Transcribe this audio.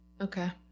Okay